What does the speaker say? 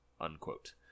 unquote